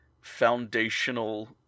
foundational